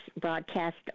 broadcast